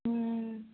ହୁଁ